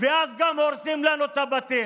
ואז גם הורסים לנו את הבתים.